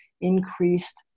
increased